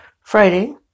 Friday